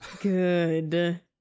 Good